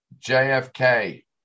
JFK